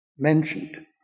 Mentioned